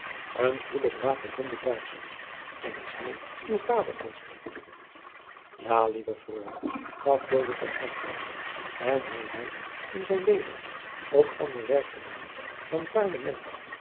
een goede brave ronde duitscher en is hij uw vader elske jaô lieve freule gaf deze ten antwoord en hum heit in zijn leven ook ander werk edaôn dan